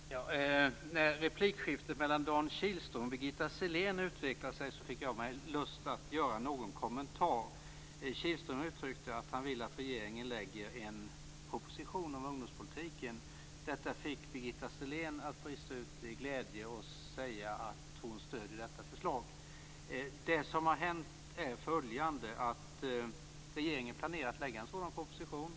Fru talman! När replikskiftet mellan Dan Kihlström och Birgitta Sellén utvecklade sig fick jag lust att göra en kommentar. Kihlström uttryckte att han vill att regeringen lägger fram en proposition om ungdomspolitiken. Detta fick Birgitta Sellén att brista ut i glädje och säga att hon stöder detta förslag. Det som har hänt är följande: Regeringen planerar att lägga fram en sådan proposition.